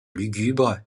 lugubres